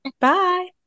bye